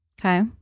Okay